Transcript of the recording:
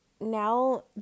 now